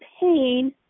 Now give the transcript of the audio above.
pain